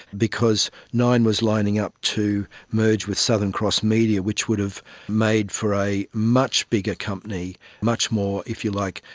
because nine was lining up to merge with southern cross media which would have made for a much bigger company, a much more, if you like,